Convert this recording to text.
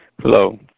hello